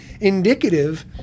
indicative